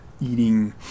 eating